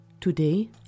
Today